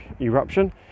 eruption